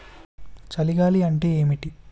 చలి గాలి అంటే ఏమిటి?